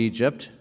Egypt